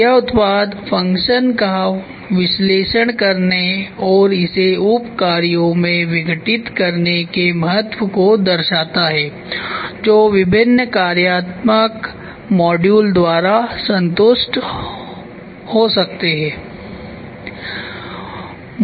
यह उत्पाद फ़ंक्शन का विश्लेषण करने और इसे उप कार्यों में विघटित करने के महत्व को दर्शाता है जो विभिन्न कार्यात्मक मॉड्यूल द्वारा संतुष्ट हो सकते हैं